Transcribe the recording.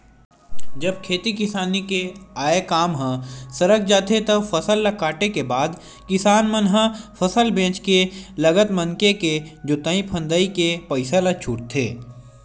जब खेती किसानी के आय काम ह सरक जाथे तब फसल ल काटे के बाद किसान मन ह फसल बेंच के लगत मनके के जोंतई फंदई के पइसा ल छूटथे